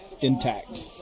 intact